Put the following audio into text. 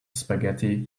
spaghetti